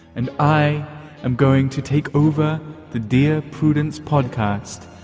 and i am going to take over the dear prudence podcast.